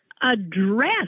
address